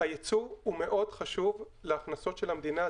כמה פעולות מאוד-מאוד רציניות על-ידי המדינה.